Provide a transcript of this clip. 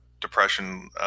depression